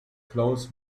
klaus